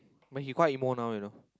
but he quite emo now you know